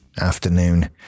afternoon